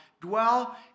dwell